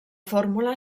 fórmula